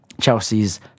Chelsea's